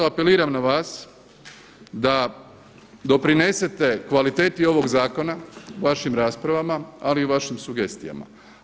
I zato apeliram na vas da doprinesete kvaliteti ovog zakona vašim raspravama, ali i vašim sugestijama.